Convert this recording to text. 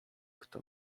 kto